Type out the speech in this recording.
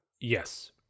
Yes